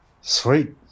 Sweet